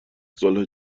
صلح